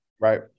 Right